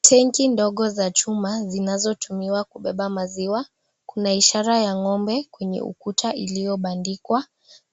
Tenki ndogo za chuma zinazotumiwa kubeba maziwa, kuna ishara ya ngombe kwenye ukuta iliyobandikwa,